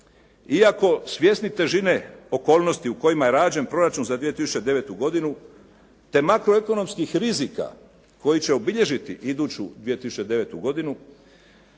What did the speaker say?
Iako svjesni težine okolnosti u kojima je rađen proračun za 2009. godinu te makroekonomskih rizika koji će obilježiti iduću 2009. godinu